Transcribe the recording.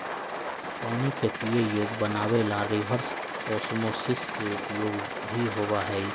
पानी के पीये योग्य बनावे ला रिवर्स ओस्मोसिस के उपयोग भी होबा हई